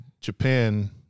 Japan